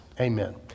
Amen